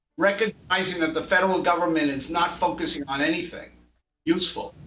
recognizing that the federal government is not focusing on anything useful.